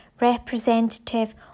representative